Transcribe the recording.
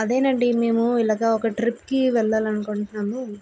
అదేనండి మేము ఇలాగ ఒక ట్రిప్ కి వెళ్లాలనుకుంటున్నాము